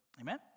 Amen